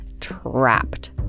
trapped